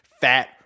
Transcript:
fat